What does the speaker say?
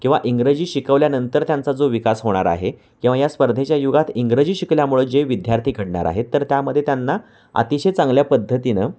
किंवा इंग्रजी शिकवल्यानंतर त्यांचा जो विकास होणार आहे किंवा या स्पर्धेच्या युगात इंग्रजी शिकल्यामुळं जे विद्यार्थी घडणार आहेत तर त्यामध्ये त्यांना अतिशय चांगल्या पद्धतीनं